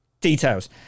details